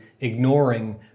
ignoring